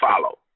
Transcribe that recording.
follow